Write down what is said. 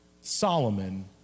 Solomon